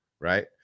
Right